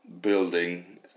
building